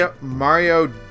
Mario